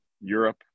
europe